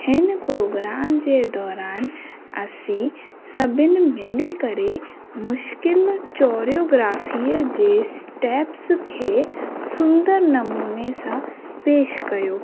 हिन प्रोग्राम जे दौरान असीं सभिनि मिली करे मुश्किल कोरियोग्राफीअ जे स्टैप्स खे सुंदर नमूने सां पेश कयो